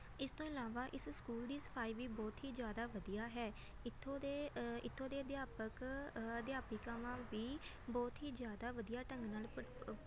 ਇਸ ਤੋਂ ਇਲਾਵਾ ਇਸ ਸਕੂਲ ਦੀ ਸਫ਼ਾਈ ਵੀ ਬਹੁਤ ਹੀ ਜ਼ਿਆਦਾ ਵਧੀਆ ਹੈ ਇੱਥੋਂ ਦੇ ਇੱਥੋਂ ਦੇ ਅਧਿਆਪਕ ਅਧਿਆਪਕਾਵਾਂ ਵੀ ਬਹੁਤ ਹੀ ਜ਼ਿਆਦਾ ਵਧੀਆ ਢੰਗ ਨਾਲ ਪ